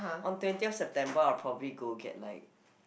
on twentieth September I'll probably go get like